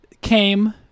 came